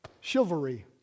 chivalry